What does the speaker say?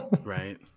Right